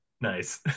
Nice